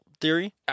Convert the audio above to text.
theory